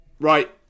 Right